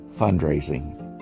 fundraising